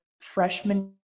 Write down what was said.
freshman